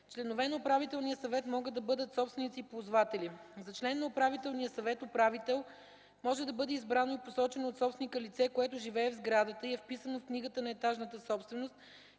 Членове на управителния съвет могат да бъдат собственици и ползватели. За член на управителния съвет (управител) може да бъде избрано и посочено от собственика лице, което живее в сградата и е вписано в книгата на етажната собственост,